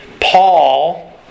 Paul